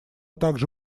также